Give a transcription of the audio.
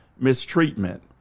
mistreatment